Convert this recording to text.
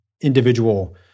individual